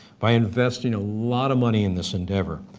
by investing a lot of money in this endeavor.